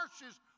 marshes